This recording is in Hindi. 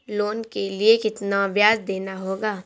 लोन के लिए कितना ब्याज देना होगा?